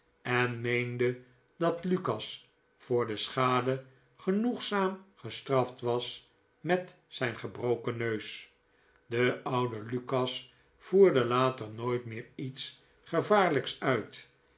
en meende dat lukas voor de schade genoegzaam gestraft was met zijn gebroken neus de oude lukas voerde later nooit weer iets gevaarlijks uit